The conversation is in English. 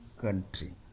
country